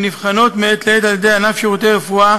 ונבחנות מעת לעת על-ידי ענף שירותי רפואה